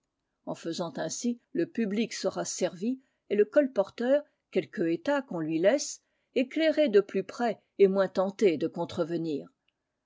en faisant ainsi le public sera servi et le colporteur quelque état qu'on lui laisse éclairé de plus près et moins tenté de contrevenir